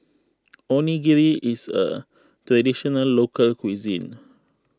Onigiri is a Traditional Local Cuisine